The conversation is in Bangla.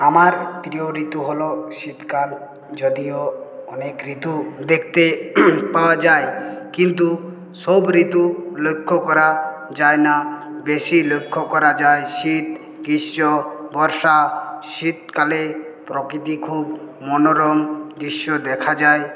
আমার প্রিয় ঋতু হল শীতকাল যদিও অনেক ঋতু দেখতে পাওয়া যায় কিন্তু সব ঋতু লক্ষ্য করা যায় না বেশি লক্ষ্য করা যায় শীত গ্রীষ্ম বর্ষা শীতকালে প্রকৃতি খুব মনোরম দৃশ্য দেখা যায়